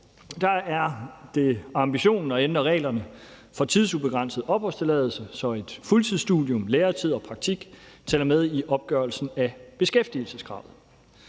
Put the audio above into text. er det ambitionen at ændre reglerne for tidsubegrænset opholdstilladelse, så et fuldtidsstudium, læretid og praktik tæller med i opgørelsen af beskæftigelseskravet.